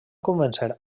convèncer